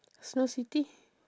snow city